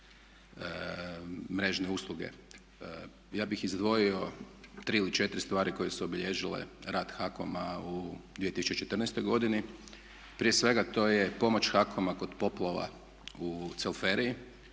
mrežne usluge. Ja bih izdvojio tri ili četiri stvari koje su obilježile rad HAKOM-a u 2014. godini. Prije svega, to je pomoć HAKOM-a kod poplava u Celferiji